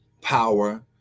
power